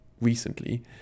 recently